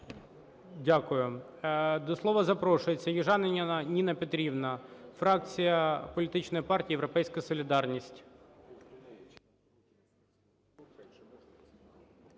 Дякую. До слова запрошується Южаніна Ніна Петрівна, фракція політичної партії "Європейська солідарність".